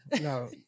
no